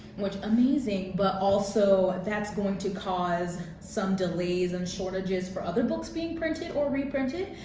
which amazing but also that's going to cause some delays and shortages for other books being printed or reprinted.